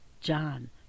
John